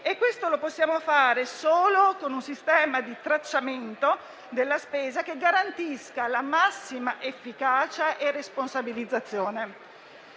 e questo possiamo farlo solo con un sistema di tracciamento della spesa che garantisca la massima efficacia e responsabilizzazione.